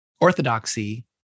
orthodoxy